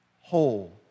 whole